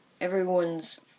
everyone's